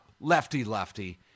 lefty-lefty